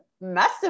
massive